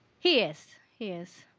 he is, he is.